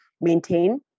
maintain